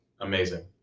amazing